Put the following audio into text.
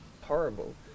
horrible